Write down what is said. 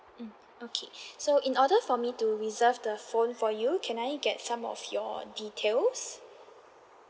mm okay so in order for me to reserve the phone for you can I get some of your details